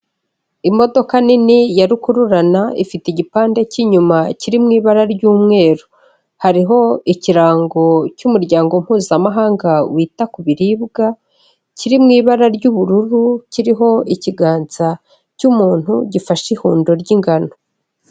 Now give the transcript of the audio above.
Imodoka nini ya rukururana ifite igipande cy'inyuma kiri mu ibara ry'umweru. Hariho ikirango cy'muryango mpuzamahanga wita ku biribwa kiri mu ibara ry'ubururu, kiriho ikiganza cy'umuntu gifashe ihundo ry'ingano.